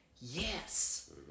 yes